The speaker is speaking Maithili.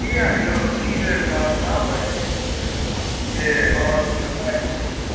किया यौ की भेल सहरसामे एहन जे अहाँसभके